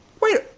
Wait